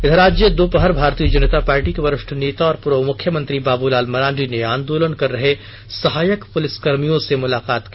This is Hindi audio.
इधर आज दोपहर भारतीय जनता पार्टी के वरिष्ठ नेता और पूर्व मुख्यमंत्री बाबूलाल मरांडी ने आंदोलन कर रहे सहायक पुलिसकर्मियों से मुलाकात की